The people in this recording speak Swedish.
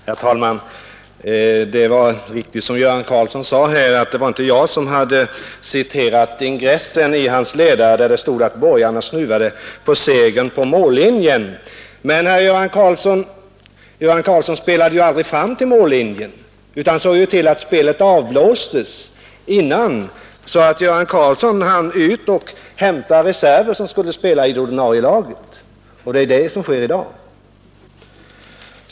Herr talman! Det var riktigt som herr Göran Karlsson sade, att det inte var jag som hade citerat ingressen till hans ledare, där det stod att borgarna blev snuvade på segern vid mållinjen. Men herr Karlsson spelade ju aldrig fram till mållinjen utan såg till att spelet avblåstes dessförinnan, så att han hann ut och hämta reserver, som skulle spela i det ordinarie laget. Det är det som sker i dag.